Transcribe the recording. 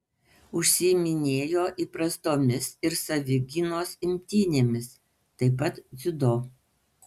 užsiiminėjo įprastomis ir savigynos imtynėmis taip pat dziudo